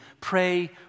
pray